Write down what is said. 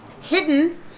Hidden